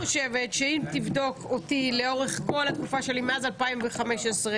אם תבדוק אותי לאורך כל התקופה שלי, מאז 2015,